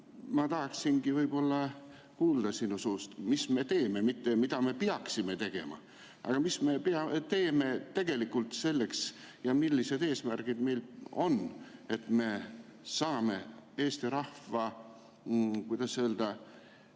Ma tahaksingi kuulda sinu suust, mis me teeme, mitte ainult seda, mida me peaksime tegema. Aga mis me teeme tegelikult selleks ja millised eesmärgid meil on, et me saaksime Eesti rahva, kuidas öelda,